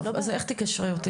טוב, אז איך תקשרי אותי?